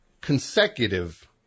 consecutive